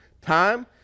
time